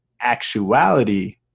actuality